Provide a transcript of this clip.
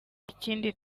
ikindi